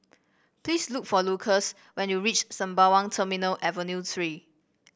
please look for Lucas when you reach Sembawang Terminal Avenue Three